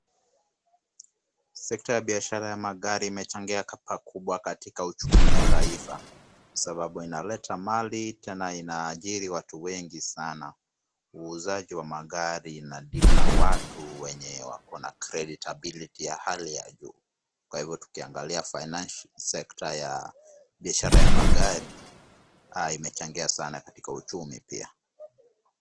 Sekta ya biashara ya magari imechangia pakubwa katika uchumi ya taifa, sababu inaleta mali tena inaajiri watu wengi sana. Uuzaji wa magari ina deal na watu wenye wako na creditability ya hali ya juu. Kwa hivyo tukiangalia sekta ya biashara ya magari, imechangia sana katika uchumi pia.